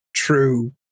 true